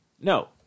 no